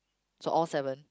so all seven